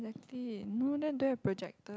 exactly no then I don't have projector